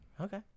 okay